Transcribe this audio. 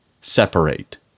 separate